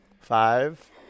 Five